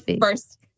first